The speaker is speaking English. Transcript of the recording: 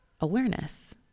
awareness